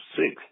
six